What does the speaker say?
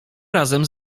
razem